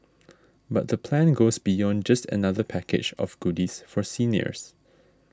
but the plan goes beyond just another package of goodies for seniors